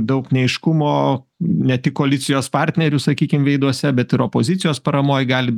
daug neaiškumo ne tik koalicijos partnerių sakykim veiduose bet ir opozicijos paramoj gal